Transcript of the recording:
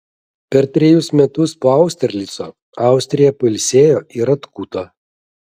per trejus metus po austerlico austrija pailsėjo ir atkuto